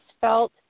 felt